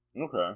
okay